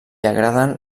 agraden